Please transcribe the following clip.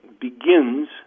begins